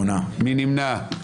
מי נמנע?